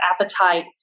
appetite